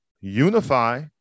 Unify